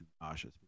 nauseous